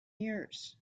years